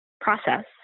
process